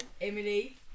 Emily